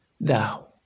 Thou